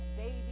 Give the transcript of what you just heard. baby